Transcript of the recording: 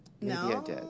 no